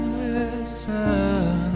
listen